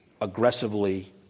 aggressively